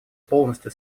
полностью